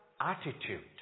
attitude